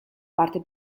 parte